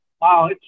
Wow